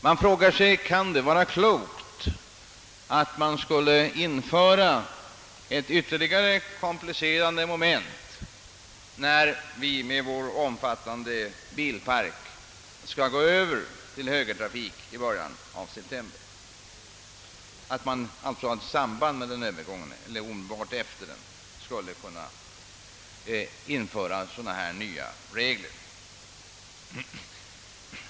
Man frågar sig om det kan vara klokt att införa ytterligare ett komplicerande moment i form av nya regler just när vi med vår omfattande bilpark i september skall gå över till högertrafik.